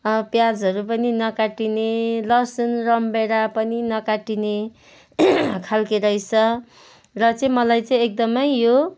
प्याजहरू पनि नकाटिने लसुन रामभेडा पनि नकाटिने खालको रहेछ र चाहिँ मलाई चाहिँ एकदमै यो